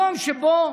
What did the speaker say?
למקורות,